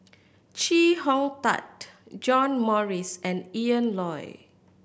Chee Hong Tat John Morrice and Ian Loy